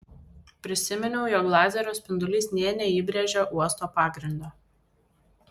prisiminiau jog lazerio spindulys nė neįbrėžė uosto pagrindo